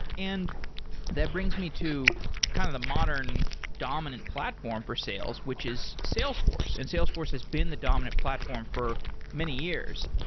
and that brings me to kind of the modern dominant platform for sales, which is salesforce. and salesforce has been the dominant platform for many years.